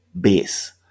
base